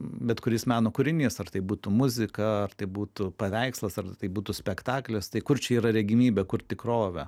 bet kuris meno kūrinys ar tai būtų muzika ar tai būtų paveikslas ar tai būtų spektaklis tai kur čia yra regimybė kur tikrovė